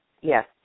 yes